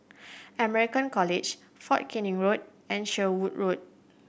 American College Fort Canning Road and Sherwood Road